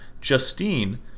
Justine